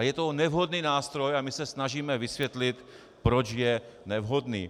A je to nevhodný nástroj a my se snažíme vysvětlit, proč je nevhodný.